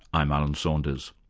i'm alan saunders.